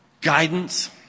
guidance